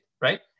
right